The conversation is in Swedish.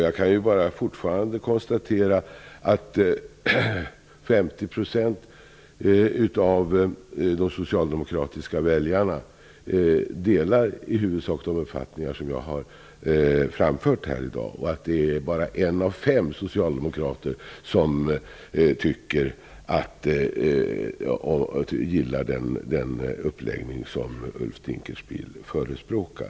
Jag kan bara konstatera att 50 % av de socialdemokratiska väljarna fortfarande i huvudsak delar de uppfattningar som jag har framfört här i dag. Det är bara en av fem socialdemokrater som gillar den uppläggning som Ulf Dinkelspiel förespråkar.